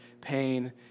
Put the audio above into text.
pain